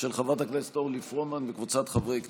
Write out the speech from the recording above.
של חברת הכנסת אורלי פרומן וקבוצת חברי כנסת.